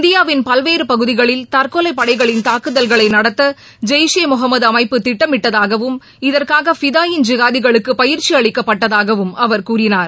இந்தியாவின் பல்வேறு பகுதிகளில் தற்கொலை படைகளின் தாக்குதல்களை நடத்த ஜெய்ஷ் ஈ முகமது அமைப்பு திட்டமிட்டதாகவும் இதற்காக ஃபிதாயின் ஜிகாதிகளுக்கு பயிற்சி அளிக்கப்பட்டதாகவும் அவர் கூறினார்